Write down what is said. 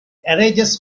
arises